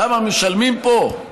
כמה משלמים פה?